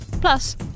Plus